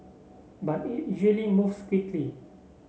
but it usually moves quickly